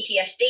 ptsd